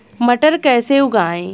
मटर कैसे उगाएं?